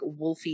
wolfy